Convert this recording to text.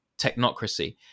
technocracy